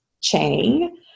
Chang